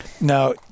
Now